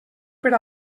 per